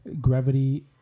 Gravity